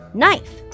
knife 。